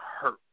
hurt